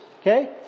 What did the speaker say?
okay